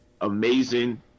amazing